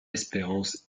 espérance